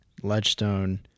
Ledgestone